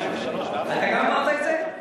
אתה גם אמרת את זה?